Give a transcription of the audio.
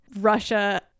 russia